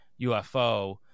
UFO